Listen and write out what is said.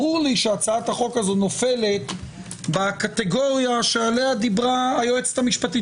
ברור לי שהצעת החוק הזו נופלת בקטגוריה שעליה דיברה היועצת המשפטית